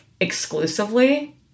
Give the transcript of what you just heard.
exclusively